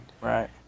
Right